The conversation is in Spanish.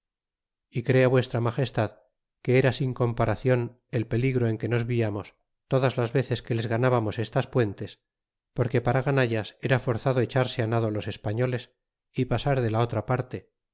y crea vuestralle gestad que era sin comparacion el peligro en que nos viamos todas las veces que les ganábamos estas puentes porque para ganallas era forzado echarse a nado los españoles y pasar de la otra parte